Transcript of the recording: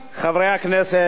חברי הכנסת,